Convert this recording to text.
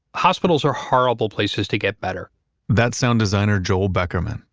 hospitals are horrible places to get better that's sound designer joel beckerman,